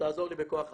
שתעזור לי בכוח אדם.